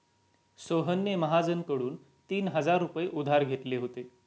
सोहनने महाजनकडून तीन हजार रुपये उधार घेतले होते